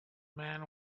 man